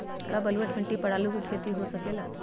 का बलूअट मिट्टी पर आलू के खेती हो सकेला?